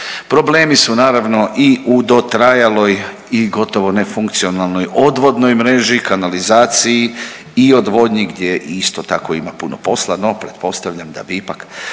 Problemi su naravno i u dotrajaloj i gotovo nefunkcionalnoj odvodnoj mreži, kanalizaciji i odvodnji gdje isto tako ima puno posla, no pretpostavljam da bi ipak